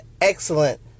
excellent